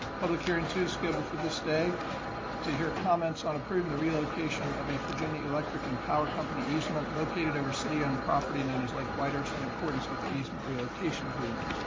public hearing two scheduled this day to hear comments on approving the relocation of a virginia electric and power company easement located over city-owned property known as lake whitehurst in accordance with the easement relocation agreement.